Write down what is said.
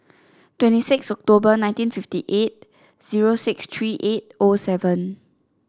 twenty six October nineteen fifty eight zero six three eight O seven